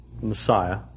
Messiah